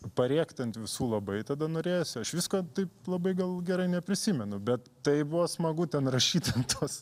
parėkt ant visų labai tada norėjosi aš visko taip labai gal gerai neprisimenu bet tai buvo smagu ten rašyt ant tos